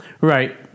Right